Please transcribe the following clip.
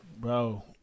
Bro